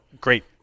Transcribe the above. great